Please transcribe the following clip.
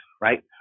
right